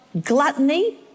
gluttony